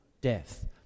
death